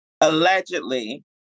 allegedly